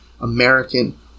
American